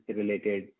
related